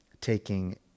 taking